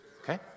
Okay